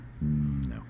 No